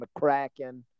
mccracken